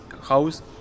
house